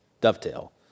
dovetail